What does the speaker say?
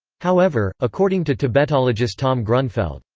however, according to tibetologist tom grunfeld,